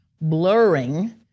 blurring